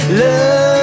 love